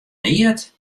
neat